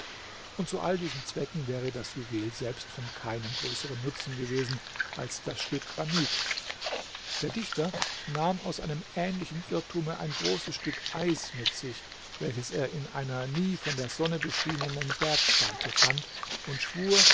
und zu allen diesen zwecken wäre das juwel selbst von keinem größeren nutzen gewesen als das stück granit der dichter nahm aus einem ähnlichen irrtume ein großes stück eis mit sich welches er in einer nie von der sonne beschienenen bergspalte fand und schwur